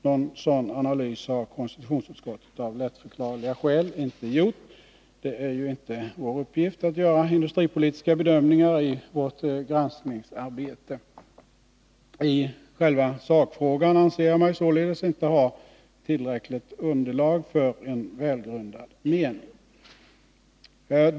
Någon sådan analys har konstitutionsutskottet av lättförklarliga 137 skäl inte gjort. Det är inte heller vår uppgift att göra industripolitiska bedömningar i vårt granskningsarbete. I själva sakfrågan anser jag mig således inte ha tillräckligt underlag för att kunna uttrycka en välgrundad mening.